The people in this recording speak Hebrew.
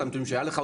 את הנתונים שהיה לך,